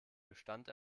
gestand